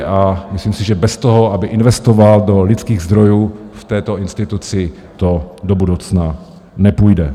A myslím si, že bez toho, aby investoval do lidských zdrojů v této instituci, to do budoucna nepůjde.